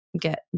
get